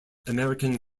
american